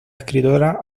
escritora